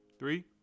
Three